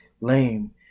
Lame